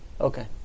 Okay